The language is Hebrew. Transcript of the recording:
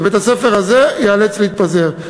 ובית-הספר הזה ייאלץ להתפזר.